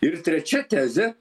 ir trečia tezė